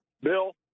Bill